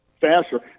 faster